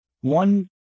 One